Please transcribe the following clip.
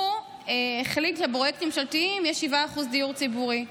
הוא החליט שבפרויקטים ממשלתיים יש 7% דיור ציבורי.